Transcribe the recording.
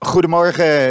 Goedemorgen